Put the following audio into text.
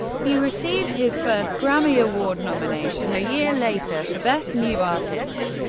he received his first grammy award nomination a year later for best new artist.